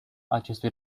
acestui